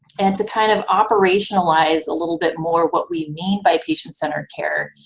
and to kind of operationalize a little bit more what we mean by patient-centered care